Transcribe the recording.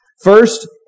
First